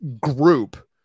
group